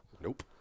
Nope